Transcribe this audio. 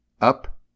up